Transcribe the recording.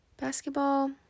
basketball